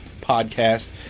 Podcast